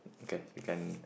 okay you can